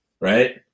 right